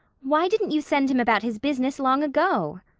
why didn't you send him about his business long ago?